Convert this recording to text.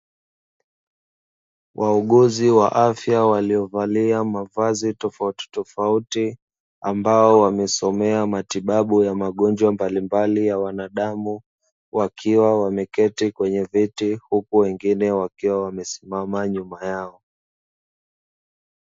Wauguzi wa afya waliovalia mavazi tofauti tofauti ambao wamesomea matibabu ya magonjwa mbalimbali ya wanadamu, wakiwa wameketi kwenye viti huku wengine wakiwa wamesimama nyuma yao.